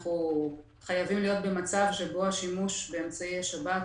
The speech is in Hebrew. אנחנו חייבים להיות במצב שבו השימוש באמצעי השב"כ